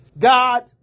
God